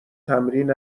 تمرین